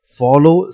follow